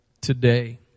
today